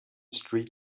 street